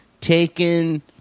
Taken